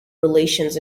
relations